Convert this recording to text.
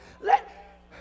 let